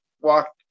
walk